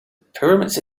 pyramids